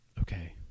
Okay